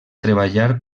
treballar